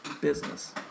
Business